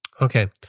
Okay